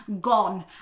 gone